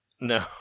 No